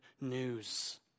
news